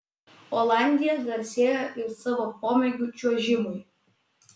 olandija garsėja ir savo pomėgiu čiuožimui